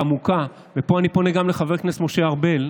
עמוקה, ופה אני פונה גם לחבר הכנסת משה ארבל,